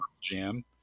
jam